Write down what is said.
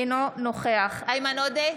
אינו נוכח איימן עודה,